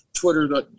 Twitter